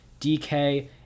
DK